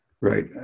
Right